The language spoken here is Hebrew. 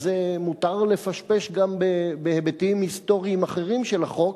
מותר לפשפש גם בהיבטים היסטוריים אחרים של החוק.